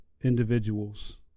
individuals